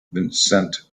vincent